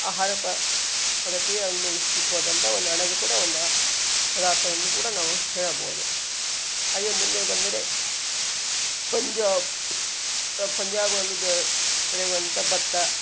ಆಹಾರ ಪದ್ಧತಿಯ ಒಂದು ಸಿಗ್ಬೋದಂಥ ಒಂದು ಅಣಬೆ ಕೂಡ ಒಂದು ಪದಾರ್ಥ ಅಂದು ಕೂಡ ನಾವು ಹೇಳಬಹುದು ಹಾಗೇ ಮುಂದೆ ಬಂದರೆ ಪಂಜಾಬ್ ಆ ಪಂಜಾಬಲ್ಲಿ ಬೆಳೆಯುವಂಥ ಭತ್ತ